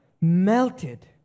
melted